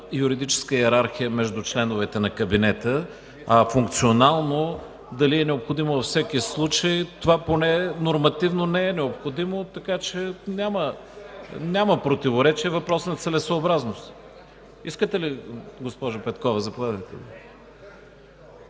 юридическа йерархия между членовете на кабинета, а функционално дали е необходимо във всеки случай. Това поне нормативно не е необходимо, така че няма противоречие, въпрос на целесъобразност. Искате ли, госпожо Петкова? Заповядайте.